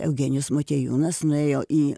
eugenijus motiejūnas nuėjo į